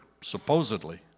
supposedly